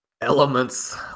elements